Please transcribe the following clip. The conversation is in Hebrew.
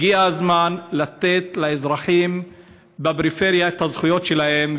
הגיע הזמן לתת לאזרחים בפריפריה את הזכויות שלהם,